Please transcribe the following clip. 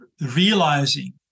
realizing